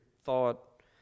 thought